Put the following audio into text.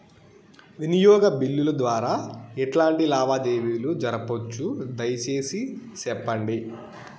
వినియోగ బిల్లుల ద్వారా ఎట్లాంటి లావాదేవీలు జరపొచ్చు, దయసేసి సెప్పండి?